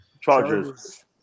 Chargers